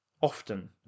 Often